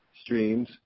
streams